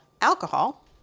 alcohol